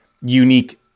unique